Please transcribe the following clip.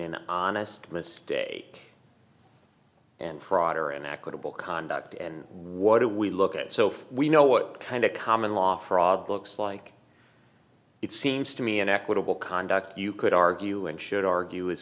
an honest mistake and fraud or an equitable conduct and what do we look at so if we know what kind of common law fraud looks like it seems to me an equitable conduct you could argue and should argue